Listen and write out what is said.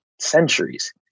centuries